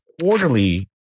quarterly